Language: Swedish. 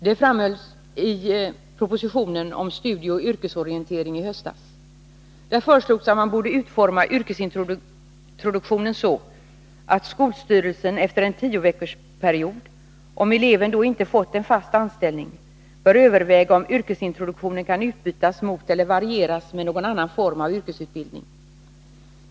Det framhölls i propositionen om studieoch yrkesorientering i höstas. Där föreslogs att man borde utforma yrkesintroduktionen så att skolstyrelsen efter en tioveckorsperiod, om eleven då inte fått en fast anställning, bör överväga om yrkesintroduktionen kan utbytas mot eller varieras med någon annan form av yrkesutbildning.